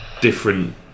different